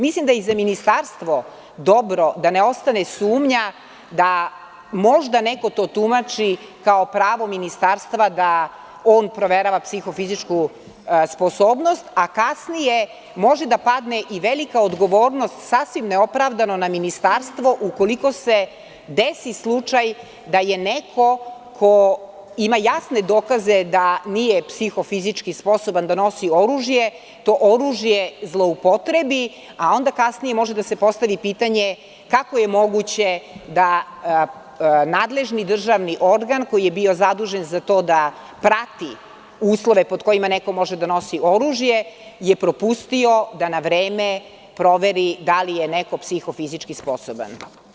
Mislim da je i za Ministarstvo dobro da ne ostane sumnja da možda neko to tumači kao pravo Ministarstva da on proverava psihofizičku sposobnost, a kasnije može da padne i velika odgovornost, sasvim neopravdano na Ministarstvo, ukoliko se desi slučaj da je neko ko ima jasne dokaze, da nije psihofizički sposoban, da nosi oružje, to oružje zloupotrebi, a onda kasnije može da se postavi pitanje kako je moguće da nadležni državni organ koji je bio zadužen za to da prati uslove pod kojima neko može da nosi oružje, je propustio da na vreme proveri da li je neko psihofizički sposoban.